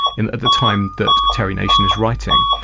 and at the time that terry nation's writing.